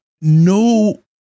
No